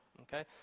okay